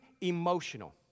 emotional